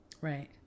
Right